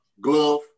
glove